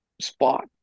spot